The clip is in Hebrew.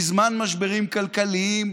בזמן משברים כלכליים,